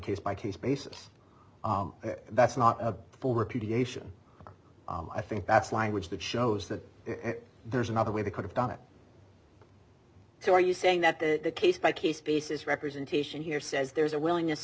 case by case basis that's not a full repudiation i think that's language that shows that there's another way they could have done it so are you saying that the case by case basis representation here says there's a willingness